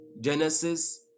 Genesis